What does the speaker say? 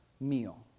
meal